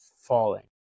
falling